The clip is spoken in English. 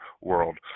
world –